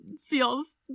feels